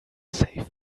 save